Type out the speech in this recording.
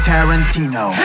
Tarantino